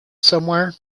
somewhere